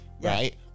right